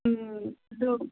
ꯎꯝ ꯑꯗꯨ